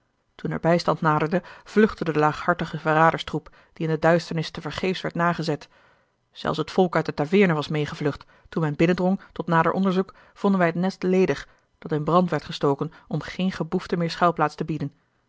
toen er bijstand naderde vluchtte de laaghartige verraderstroep die in de duisternis tevergeefs werd nagezet zelfs het volk uit de taveerne was meêgevlucht toen men binnendrong tot nader onderzoek vonden wij het nest ledig dat in brand werd gestoken om geen geboefte meer schuilplaats te bieden